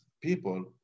people